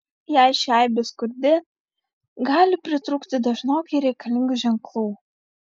jei ši aibė skurdi gali pritrūkti dažnokai reikalingų ženklų